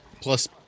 plus